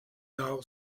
now